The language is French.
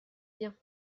bien